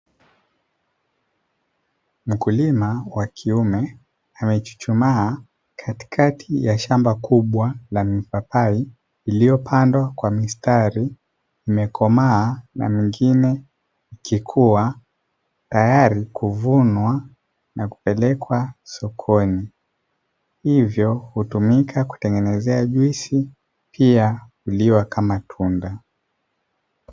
Mkulima wa kiume amechuchumaa katikati ya shamba kubwa la mipapai, iliyopandwa kwa mistari, imekomaa na mengine yakiwa tayari kuvunwa na kupelekwa sokoni, hivyo hutumika kutengenezea juisi pia huliwa kama tunda.